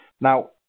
Now